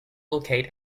locate